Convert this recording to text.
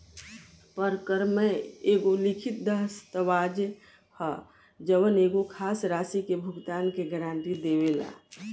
परक्रमय एगो लिखित दस्तावेज ह जवन एगो खास राशि के भुगतान के गारंटी देवेला